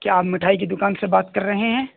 کیا آپ مٹھائی کی دکان سے بات کر رہے ہیں